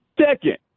Second